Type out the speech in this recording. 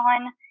on